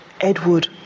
Edward